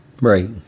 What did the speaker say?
Right